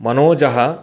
मनोजः